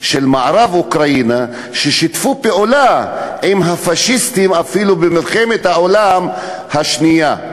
של מערב אוקראינה ששיתפו פעולה עם הפאשיסטים אפילו במלחמת העולם השנייה.